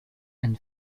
and